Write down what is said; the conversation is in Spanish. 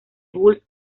gules